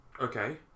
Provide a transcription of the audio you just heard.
Okay